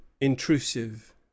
intrusive